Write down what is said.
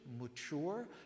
mature